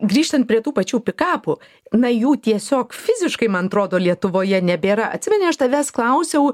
grįžtant prie tų pačių pikapų na jų tiesiog fiziškai man atrodo lietuvoje nebėra atsimeni aš tavęs klausiau